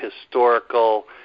historical